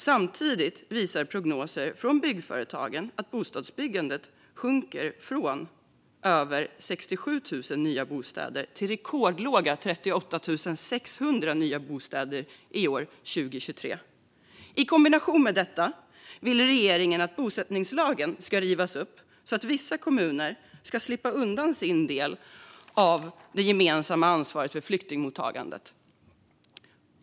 Samtidigt visar prognoser från byggföretagen att bostadsbyggandet sjunker från över 67 000 nya bostäder till rekordlåga 38 600 nya bostäder i år, 2023. Regeringen vill dessutom att bosättningslagen ska rivas upp så att vissa kommuner ska slippa undan sin del av det gemensamma ansvaret för flyktingmottagandet.